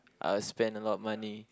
I will spend a lot money